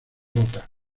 gota